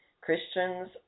Christians